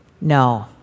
No